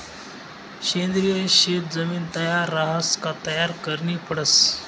सेंद्रिय शेत जमीन तयार रहास का तयार करनी पडस